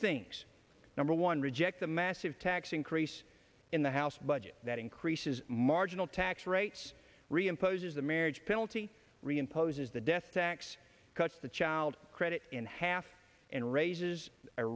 things number one reject the massive tax increase in the house budget that increases marginal tax rates re imposes a marriage penalty reimposed is the death tax cuts the child credit in half and raises a